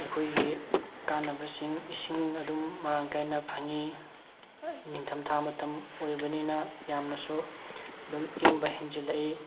ꯑꯩꯈꯣꯏꯒꯤ ꯀꯥꯟꯅꯕꯁꯤꯡ ꯏꯁꯤꯡ ꯑꯗꯨꯝ ꯃꯔꯥꯡ ꯀꯥꯏꯅ ꯐꯪꯉꯤ ꯅꯤꯡꯊꯝ ꯊꯥ ꯃꯇꯝ ꯑꯣꯏꯕꯅꯤꯅ ꯌꯥꯝꯅꯁꯨ ꯑꯗꯨꯝ ꯏꯪꯕ ꯍꯦꯟꯖꯤꯜꯂꯛꯏ